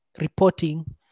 reporting